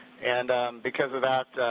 and because of that,